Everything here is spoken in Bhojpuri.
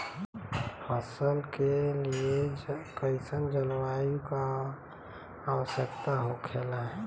फसल के लिए कईसन जलवायु का आवश्यकता हो खेला?